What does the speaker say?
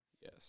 Yes